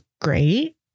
great